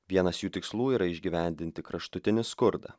vienas jų tikslų yra išgyvendinti kraštutinį skurdą